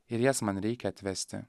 ir jas man reikia atvesti